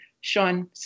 Sean